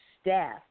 staff